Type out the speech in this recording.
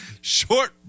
Short